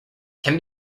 can